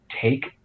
take